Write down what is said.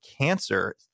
cancer